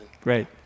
Great